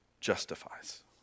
justifies